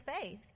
faith